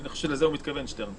אני חושב שלזה מתכוון שטרן.